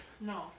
No